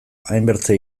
hainbertze